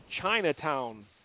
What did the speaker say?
Chinatown